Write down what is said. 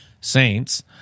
Saints